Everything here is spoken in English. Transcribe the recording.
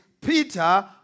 Peter